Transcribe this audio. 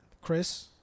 Chris